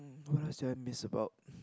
what else do I miss about